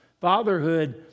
Fatherhood